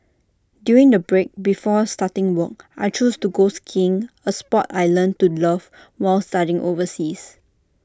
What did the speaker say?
during the break before starting work I chose to go skiing A Sport I learnt to love while studying overseas